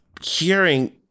hearing